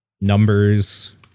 numbers